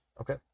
Okay